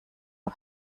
auf